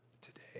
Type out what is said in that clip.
today